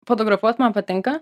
fotografuot man patinka